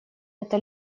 это